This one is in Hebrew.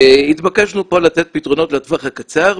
התבקשנו פה לתת פתרונות לטווח הקצר,